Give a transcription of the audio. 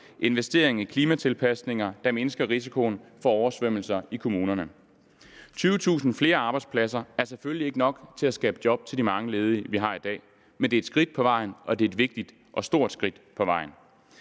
investering i klimatilpasninger, der mindsker risikoen for oversvømmelser i kommunerne. 20.000 flere arbejdspladser er selvfølgelig ikke nok til at skabe job til de mange ledige, vi har i dag, men det er et skridt på vejen, og det er et vigtigt og stort skridt på vejen.